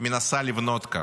מנסה לבנות כאן.